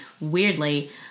weirdly